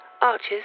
arches